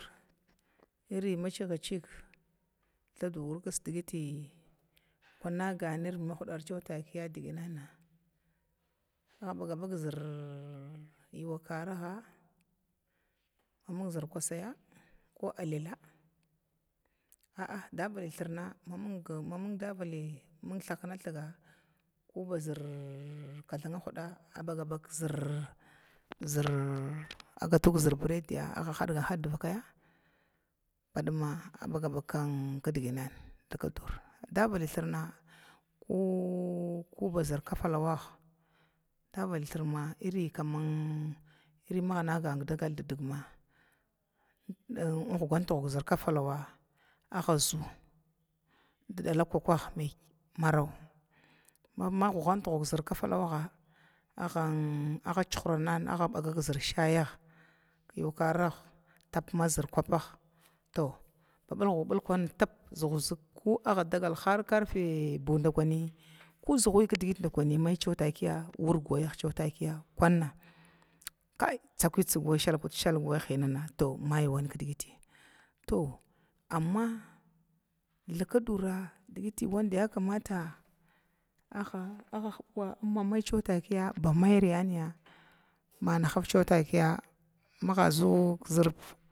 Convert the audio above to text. Iri macigit ciga thadur ba wurkisa kunaga nirvida hudara abaga zar yuwakaraga mamig zərkwasa ko allala a'ah koming davali thrna kobe zir kathanga huda zir ath zirbiradiya badima abaga kidgima thakadura davalithrna kwubazir kafalawo davalithna irin maga nagana daglda vakithma ghugantghug kafalawa di dadakwakwang marawa ma magugant gwug kafalawaga agan agan cuhrana aga bagu zər shayg tap mazir kupag to bulgu bulg kwan tap aya daga karfe bu dakwani kuzigatbi kuthna mai labagbi mai wurg wayag bi kai shalakut shalg wai hinana to maiwan kidgiti amma thakadura digin yakamata a hubuwa ma maiba maimiraya nahava takiya mage zuu.